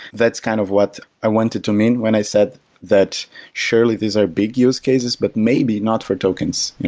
that's kind of what i wanted to mean when i said that surely, these are big use cases, but maybe not for tokens. and